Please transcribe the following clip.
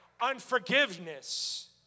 unforgiveness